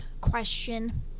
question